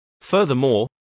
Furthermore